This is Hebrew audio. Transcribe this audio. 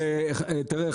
תראה,